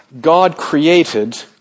God-created